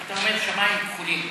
אתה אומר שמיים כחולים.